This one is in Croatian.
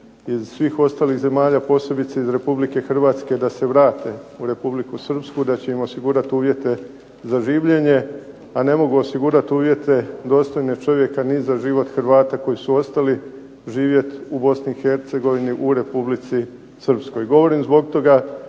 iz svih ostalih zemalja, posebice iz Republike Hrvatske da se vrate u Republiku Srpsku, da će im osigurat uvjete za življenje,a ne mogu osigurat uvjete dostojne čovjeka ni za život Hrvata koji su ostali živjet u bosni i Hercegovini u Republici Srpskoj. Govorim zbog toga